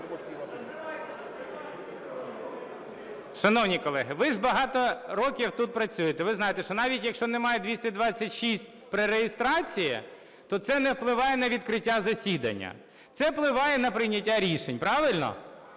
Шановні колеги, ви ж багато років тут працюєте, ви знаєте, що навіть якщо немає 226 при реєстрації, то це не впливає на відкриття засідання, це впливає на прийняття рішень. Правильно?